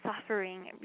suffering